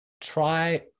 try